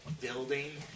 building